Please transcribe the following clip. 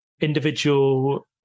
individual